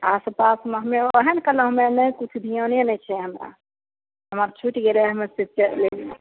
आस पासमे हम्मे ओएह ने कहलहुॅं हमे नहि कुछ ध्याने नहि छै हमरा हमर छुटि गेलै हमर चैलि गेलै